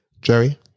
Jerry